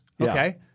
Okay